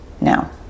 now